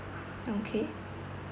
okay